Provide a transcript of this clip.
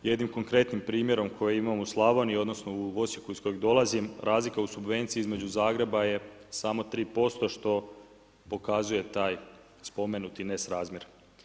Jednim konkretnim primjerom koji imam u Slavoniji odnosno u Osijeku iz kojeg dolazim, razlika u subvenciji između Zagreba je samo 3% što pokazuje taj spomenuti nesrazmjer.